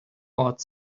ort